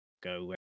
go